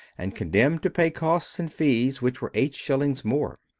and condemned to pay costs and fees, which were eight shillings more.